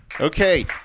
Okay